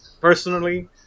Personally